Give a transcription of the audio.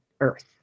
Earth